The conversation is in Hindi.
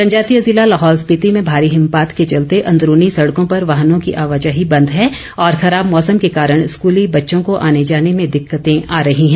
जनजातीय जिला लाहौल स्पिति में भारी हिमपात के चलते अदरूनी सड़कों पर वाहनों की आवाजाही बंद है और खराब मौसम के कारण स्कूली बच्चों को आने जाने में दिक्कतें आ रही हैं